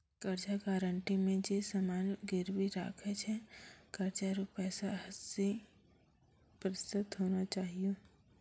कर्जा गारंटी मे जे समान गिरबी राखै छै कर्जा रो पैसा हस्सी प्रतिशत होना चाहियो